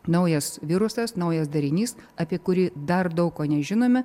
naujas virusas naujas darinys apie kurį dar daug ko nežinome